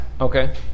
Okay